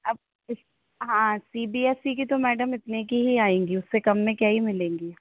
अब उस हाँ सी बी एस ई की तो मैडम इतने की ही आएंगी उससे कम में क्या ही मिलेंगीं